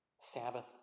Sabbath